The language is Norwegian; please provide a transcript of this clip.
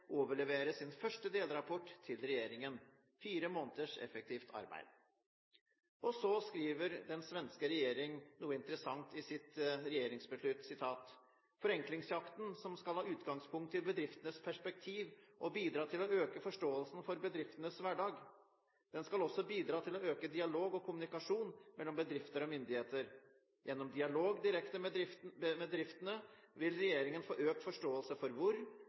overlevere sin første delrapport til regjeringen – fire måneders effektivt arbeid. Så skriver den svenske regjering noe interessant i sitt «regeringsbeslut»: «Förenklingsjakten» skal ha utgangspunkt i bedriftenes perspektiv og bidra til å øke forståelsen for bedriftenes hverdag. Den skal også bidra til å øke dialog og kommunikasjon mellom bedrifter og myndigheter. Gjennom dialog direkte med bedriftene vil regjeringen få økt forståelse for hvor,